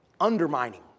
undermining